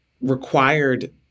required